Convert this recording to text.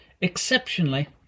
Exceptionally